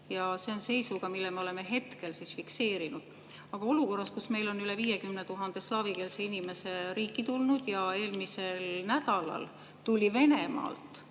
Ja see on seis, mille me oleme hetkel fikseerinud. Aga missugune peaks olukorras, kus meil on üle 50 000 slaavikeelse inimese riiki tulnud ja eelmisel nädalal tuli Venemaalt